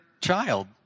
child